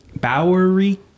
Bowery